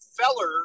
Feller